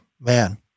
man